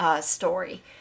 story